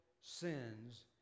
sins